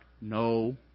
No